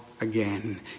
again